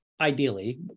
ideally